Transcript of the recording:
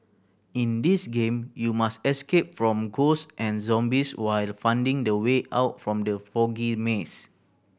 in this game you must escape from ghost and zombies while finding the way out from the foggy maze